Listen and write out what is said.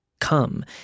Come